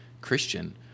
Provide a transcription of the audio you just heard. Christian